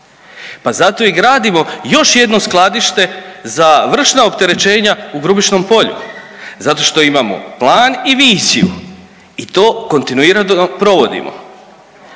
Pa zato i gradimo još jedno skladište za vršna opterećenja u Grubišnom Polju. Zato što imamo plan i viziju i to kontinuirano provodimo.